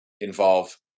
involve